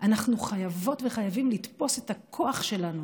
אנחנו חייבות וחייבים לתפוס את הכוח שלנו,